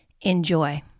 Enjoy